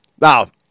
now